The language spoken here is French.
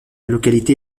localité